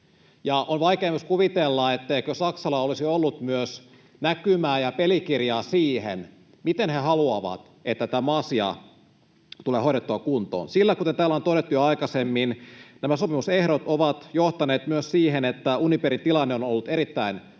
On vaikea myös kuvitella, etteikö Saksalla olisi ollut myös näkymää ja pelikirjaa siihen, miten he haluavat, että tämä asia tulee hoidettua kuntoon, sillä kuten täällä on todettu jo aikaisemmin, nämä sopimusehdot ovat johtaneet myös siihen, että Uniperin tilanne on ollut erittäin vaikea